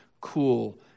cool